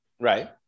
Right